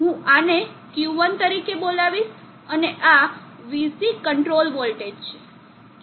હું આને Q1 તરીકે બોલાવીશ અને આ VC કંટ્રોલ વોલ્ટેજ છે